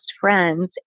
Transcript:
friends